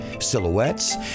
Silhouettes